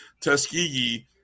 Tuskegee